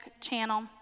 channel